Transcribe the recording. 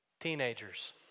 Teenagers